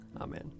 Amen